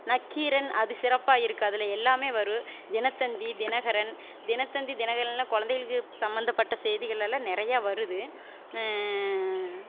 நக்கீரன் அது சிறப்பாக இருக்கு அதில் எல்லாமே வரும் தினத்தந்தி தினகரன் தினத்தந்தி தினகரனில் குழந்தைகளுக்கு சம்மந்தப்பட்ட செய்திகள் எல்லாம் நிறையா வருது